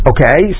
Okay